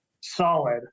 solid